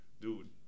dude